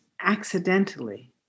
accidentally